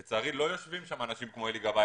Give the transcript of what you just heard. אבל לצערי לא יושבים שם אנשים כמו אלי גבאי,